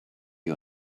you